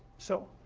so